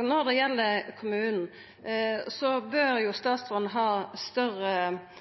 Når det gjeld kommunen, bør statsråden ha større